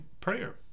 prayer